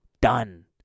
Done